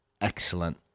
excellent